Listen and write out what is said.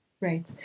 Right